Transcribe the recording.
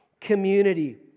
community